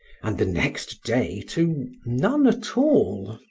and the next day to none at all.